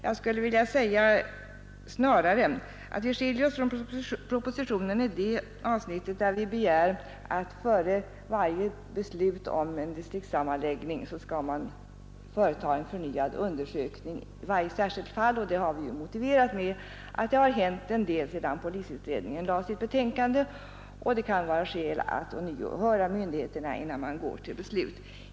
Jag skulle dock snarare vilja säga att vi skiljer oss från propositionen i det avsnittet där vi begär att man före beslut om distriktssammanläggning skall företa en förnyad undersökning i varje särskilt fall. Detta har vi motiverat med att det har hänt en hel del sedan polisutredningen framlade sitt betänkande och att det därför kan vara skäl att ånyo höra myndigheterna innan man går till beslut.